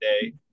day